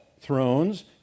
thrones